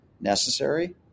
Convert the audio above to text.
necessary